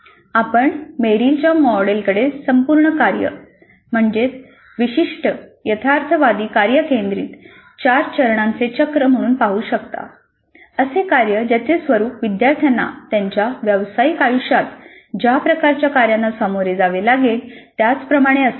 आपण मेरिलच्या मॉडेलकडे संपूर्ण कार्य विशिष्ट यथार्थवादी कार्य केंद्रीत चार चरणांचे चक्र म्हणून पाहू शकतो असे कार्य ज्याचे स्वरुप विद्यार्थ्यांना त्यांच्या व्यावसायिक आयुष्यात ज्या प्रकारच्या कार्यांना सामोरे जावे लागेल त्याप्रमाणे असेल